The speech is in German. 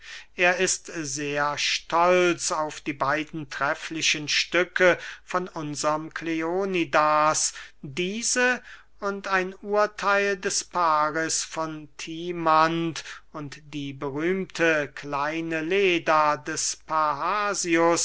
er ist sehr stolz auf die beiden trefflichen stücke von unserm kleonidas diese und ein urtheil des paris von timanth und die berühmte kleine leda des